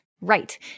Right